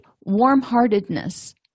warm-heartedness